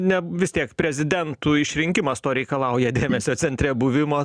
ne vis tiek prezidentų išrinkimas to reikalauja dėmesio centre buvimo